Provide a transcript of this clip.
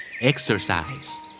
Exercise